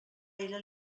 ella